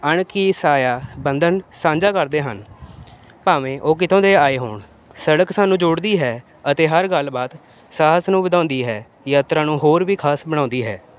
ਅਣਖੀ ਸਾਇਆ ਬੰਧਨ ਸਾਂਝਾ ਕਰਦੇ ਹਨ ਭਾਵੇਂ ਉਹ ਕਿਤੋਂ ਦੇ ਆਏ ਹੋਣ ਸੜਕ ਸਾਨੂੰ ਜੋੜਦੀ ਹੈ ਅਤੇ ਹਰ ਗੱਲਬਾਤ ਸਾਹਸ ਨੂੰ ਵਧਾਉਂਦੀ ਹੈ ਯਾਤਰਾ ਨੂੰ ਹੋਰ ਵੀ ਖਾਸ ਬਣਾਉਂਦੀ ਹੈ